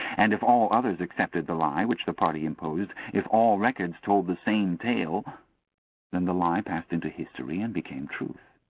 and if all others accepted the lie which the party imposed if all records told the same tale then the lie passed into history and became truth.